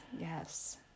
Yes